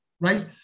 right